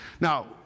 Now